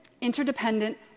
interdependent